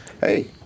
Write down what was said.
hey